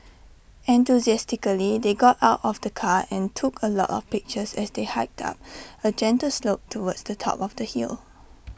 enthusiastically they got out of the car and took A lot of pictures as they hiked up A gentle slope towards the top of the hill